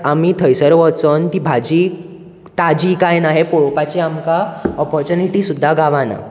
आमी थंयसर वोचोन तीं भाजी ताजी कांय ना हें पळोवपाचे आमकां ऑपोर्चूनीटी सुद्दां गावना